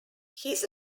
his